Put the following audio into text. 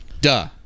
Duh